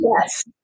Yes